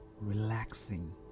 relaxing